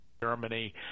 Germany